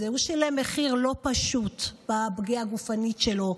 הוא שילם מחיר לא פשוט בפגיעה הגופנית שלו,